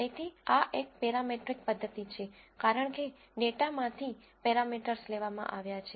તેથી આ એક પેરામેટ્રિક પદ્ધતિ છે કારણ કે ડેટામાંથી પેરામીટર્સ લેવામાં આવ્યા છે